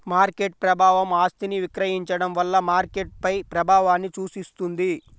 market ప్రభావం ఆస్తిని విక్రయించడం వల్ల మార్కెట్పై ప్రభావాన్ని సూచిస్తుంది